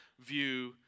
view